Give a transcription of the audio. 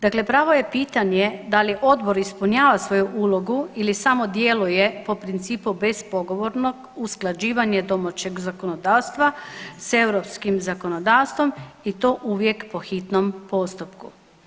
Dakle, pravo je pitanje da li odbor ispunjava svoju ulogu ili samo djeluje po principu bespogovornog usklađivanja domaćeg zakonodavstva s europskim zakonodavstvom i to uvijek po hitnom postupku.